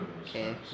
Okay